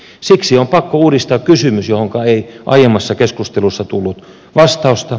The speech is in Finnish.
siksi on pakko uudistaa kysymys johonka ei aiemmassa keskustelussa tullut vastausta